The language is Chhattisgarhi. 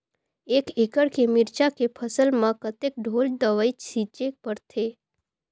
एक एकड़ के मिरचा के फसल म कतेक ढोल दवई छीचे पड़थे?